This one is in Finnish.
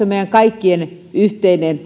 meidän kaikkien